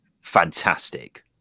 fantastic